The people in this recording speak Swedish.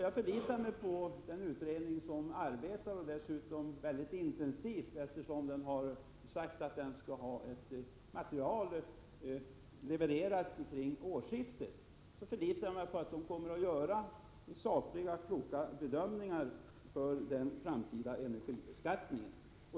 Jag förlitar mig på att den utredning som har tillsatts och som arbetar mycket intensivt, eftersom det har sagts att utredningens material skall levereras kring årsskiftet, kommer att göra sakliga och kloka bedömningar när det gäller den framtida energibeskattningen.